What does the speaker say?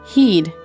Heed